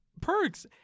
perks